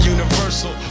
Universal